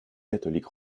catholique